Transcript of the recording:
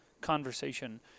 conversation